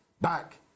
back